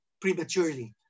prematurely